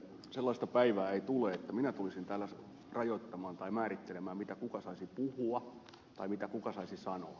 sellaista päivää ei tule että minä tulisin täällä rajoittamaan tai määrittelemään mitä kuka saisi puhua tai mitä kuka saisi sanoa